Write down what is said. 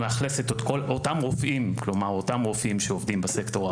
שמאכלס את אותם רופאים שעובדים בסקטור ה